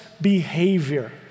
behavior